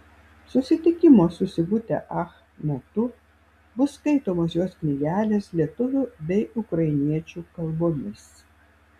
susitikimo su sigute ach metu bus skaitomos jos knygelės lietuvių bei ukrainiečių kalbomis